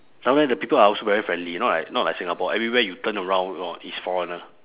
down there the people are also very friendly not like not like singapore everywhere you turn around orh is foreigner